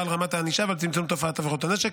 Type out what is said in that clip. על רמת הענישה ועל צמצום תופעת עבירות הנשק.